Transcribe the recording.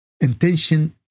intention